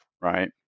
right